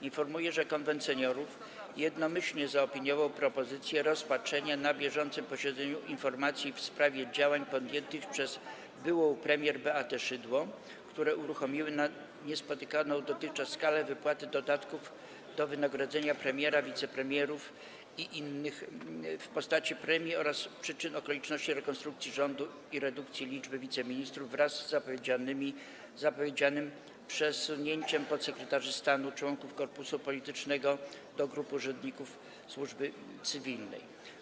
Informuję, że Konwent Seniorów jednomyślnie zaopiniował propozycję rozpatrzenia na bieżącym posiedzeniu informacji w sprawie działań podjętych przez byłą premier Beatę Szydło, które uruchomiły na niespotykaną dotychczas skalę wypłaty dodatków do wynagrodzenia premiera, wicepremierów i innych w postaci premii, oraz przyczyn i okoliczności rekonstrukcji rządu i redukcji liczby wiceministrów, wraz z zapowiedzianym przesunięciem podsekretarzy stanu, członków korpusu politycznego do grupy urzędników służby cywilnej.